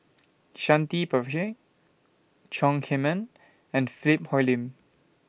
Shanti Pereira Chong Heman and Philip Hoalim